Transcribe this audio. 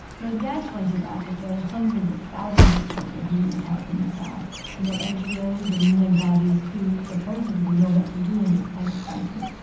my dad pointed out that there were hundreds of thousands of children who needed help in nepal and that ngos and u n. bodies, who supposedly know what to do in this kind of crisis,